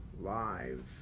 Live